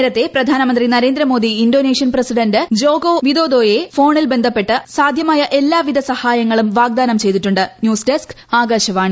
നേരത്തെ പ്രധാനമന്ത്രി Narendra Modi Indonesian president Joko വിദോദോയെ ഫോണിൽ ബന്ധപ്പെട്ട് സാധ്യമായ എല്ലാവിധ സഹായങ്ങളും വാഗ്ദാനം ചെയ്തിട്ടു ന്യൂസ് ഡെസ്ക് ആകാശവാണി